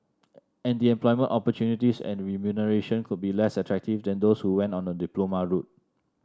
and the employment opportunities and remuneration could be less attractive than those who went on a diploma route